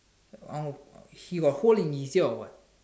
I want he got hole in his ear or what